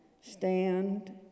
stand